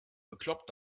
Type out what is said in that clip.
bekloppt